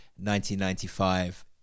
1995